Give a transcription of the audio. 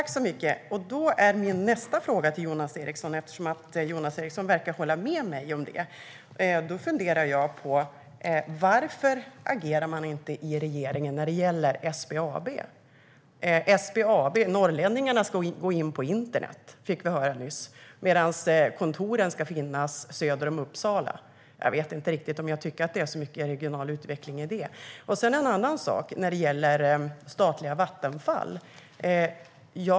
Fru talman! Bra! Eftersom Jonas Eriksson verkar hålla med mig funderar jag över varför regeringen inte agerar i fråga om SBAB. Norrlänningarna ska gå in på internet fick vi höra nyss medan kontoren ska finnas söder om Uppsala. Jag vet inte riktigt om jag tycker att det är så mycket regional utveckling. Sedan var det frågan om statliga Vattenfall.